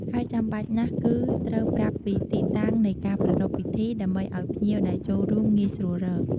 ហើយចាំបាច់ណាស់គឺ ត្រូវប្រាប់ពីទីតាំងនៃការប្រារព្ធពិធី ដើម្បីឱ្យភ្ញៀវដែលចូលរួមងាយស្រួលរក។